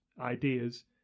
ideas